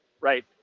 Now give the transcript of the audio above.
right